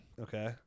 okay